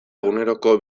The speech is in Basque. eguneroko